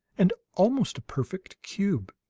and almost a perfect cube.